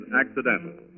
accidental